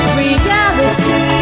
reality